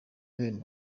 bene